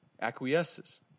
acquiesces